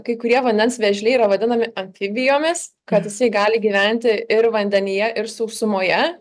kai kurie vandens vėžliai yra vadinami amfibijomis kad jisai gali gyventi ir vandenyje ir sausumoje